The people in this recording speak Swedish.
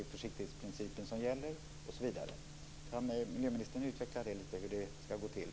Det är försiktighetsprincipen som gäller osv. Kan miljöministern utveckla lite hur det ska gå till?